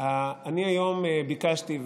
אני היום ביקשתי,